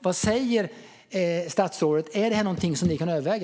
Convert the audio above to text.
Vad säger statsrådet: Är det här någonting som ni kan överväga?